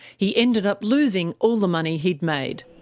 he ended up losing all the money he'd made.